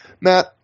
Matt